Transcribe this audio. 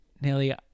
nearly